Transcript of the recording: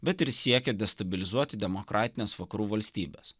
bet ir siekia destabilizuoti demokratines vakarų valstybes